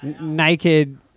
naked